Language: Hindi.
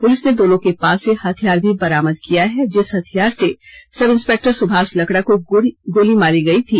पुलिस ने दोनों के पास से हथियार भी बरामद किया है जिस हथियार से सब इंस्पेक्टर सुभाष लकड़ा को गोली मारी गई थी